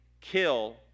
kill